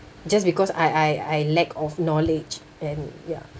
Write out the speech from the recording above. just because I I I lack of knowledge and ya